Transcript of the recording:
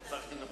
אתה שר החינוך.